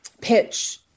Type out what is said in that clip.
pitch